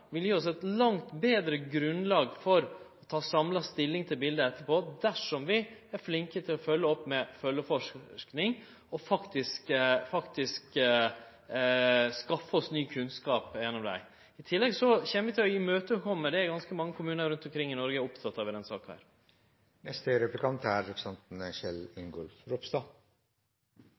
vil gje oss eit langt betre grunnlag for å ta stilling samla sett dersom vi er flinke til å følgje opp med følgjeforsking og faktisk skaffar oss ny kunnskap gjennom ho. I tillegg kjem vi til å imøtekome noko som ganske mange kommunar i Noreg er opptekne av i denne saka.